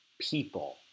people